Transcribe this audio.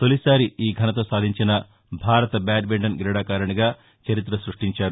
తొలిసారి ఈ ఘనత సాధించిన భారత బ్యాడ్మింటన్ క్రీడాకారిణిగా చరిత్ర సృష్టించారు